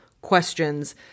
questions